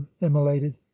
immolated